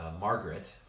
Margaret